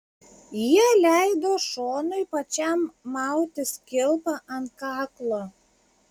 jie leido šonui pačiam mautis kilpą ant kaklo